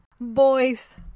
boys